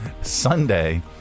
Sunday